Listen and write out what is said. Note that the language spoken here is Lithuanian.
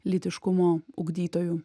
lytiškumo ugdytojų